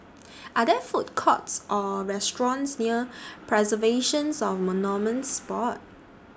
Are There Food Courts Or restaurants near Preservations of Monuments Board